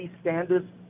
standards